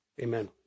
Amen